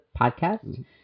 podcast